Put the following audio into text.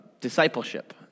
discipleship